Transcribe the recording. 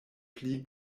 pli